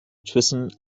zwischen